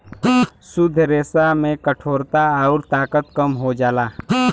शुद्ध रेसा में कठोरता आउर ताकत कम हो जाला